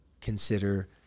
consider